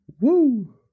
Woo